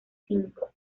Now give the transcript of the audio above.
cinco